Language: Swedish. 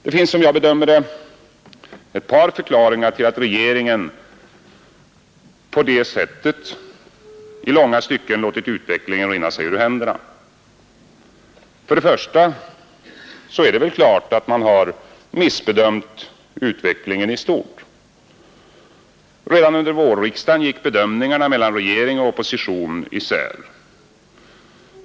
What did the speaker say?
Det finns som jag bedömer det ett par förklaringar till att regeringen på det sättet låtit utvecklingen rinna sig ur händerna. Först och främst är det väl klart att man har missbedömt utvecklingen i stort. Redan under vårriksdagen gick bedömningarna mellan regering och opposition isär.